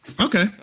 Okay